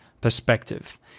perspective